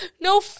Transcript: No